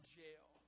jail